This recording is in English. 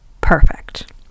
Perfect